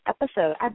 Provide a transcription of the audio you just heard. episode